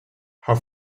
her